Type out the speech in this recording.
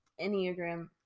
Enneagram